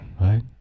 right